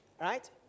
Right